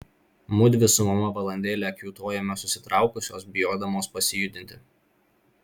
mudvi su mama valandėlę kiūtojome susitraukusios bijodamos pasijudinti